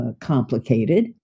complicated